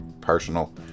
personal